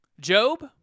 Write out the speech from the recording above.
Job